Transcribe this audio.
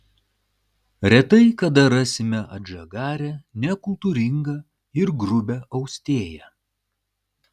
retai kada rasime atžagarią nekultūringą ir grubią austėją